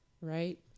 right